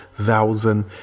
Thousand